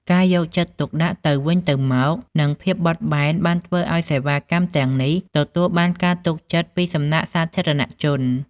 ការយកចិត្តទុកដាក់ទៅវិញទៅមកនិងភាពបត់បែនបានធ្វើឱ្យសេវាកម្មទាំងនេះទទួលបានការទុកចិត្តពីសំណាក់សាធារណជន។